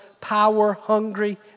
power-hungry